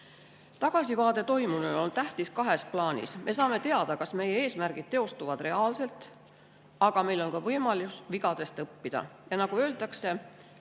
toimunule on tähtis kahes plaanis: me saame teada, kas meie eesmärgid teostuvad reaalselt, aga meil on ka võimalus vigadest õppida. Nagu öeldakse,